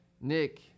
Nick